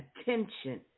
attention